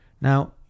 Now